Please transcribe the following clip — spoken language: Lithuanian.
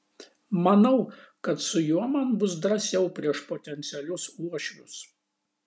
manau kad su juo man bus drąsiau prieš potencialius uošvius